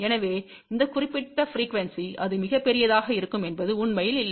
எனவே அந்த குறிப்பிட்ட ப்ரீக்குவெண்ஸி அது மிகப் பெரியதாக இருக்கும் என்பது உண்மையில் இல்லை